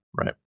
Right